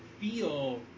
feel